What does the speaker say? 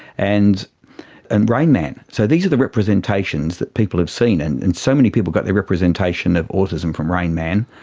and and rain man. so these are the representations that people have seen. and and so many people have got their representation of autism from rain man.